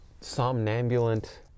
somnambulant